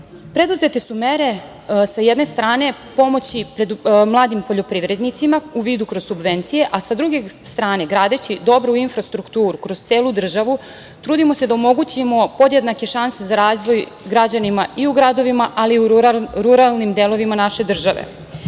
Preduzete su mere, sa jedne strane, pomoći mladim poljoprivrednicima, u vidu kroz subvencije, a sa druge strane, gradeći dobru infrastrukturu kroz celu državu, trudimo se da omogućimo podjednake šanse za razvoj građanima i u gradovima ali i u ruralnim delovima naše